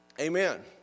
Amen